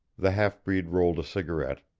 the half-breed rolled a cigarette,